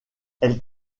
elle